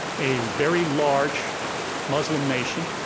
a very large muslim nation.